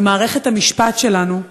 ומערכת המשפט שלנו,